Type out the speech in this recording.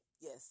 Yes